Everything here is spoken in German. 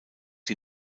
die